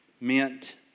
meant